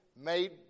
Made